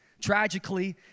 tragically